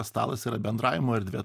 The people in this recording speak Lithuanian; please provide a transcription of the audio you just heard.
stalas yra bendravimo erdvė